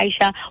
Aisha